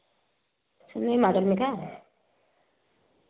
नई मोडल में क्या